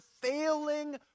failing